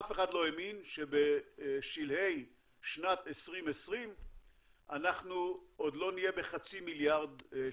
אף אחד לא האמין שבשלהי שנת 2020 אנחנו עוד לא נהיה בחצי מיליארד שקל.